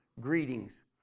greetings